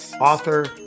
author